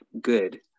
good